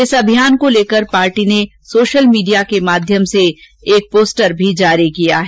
इस अभियान को लेकर पार्टी ने सोशल मीडिया के माध्यम से एक पोस्टर भी जारी किया है